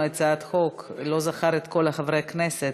הצעת חוק הוא לא זכר את כל חברי הכנסת.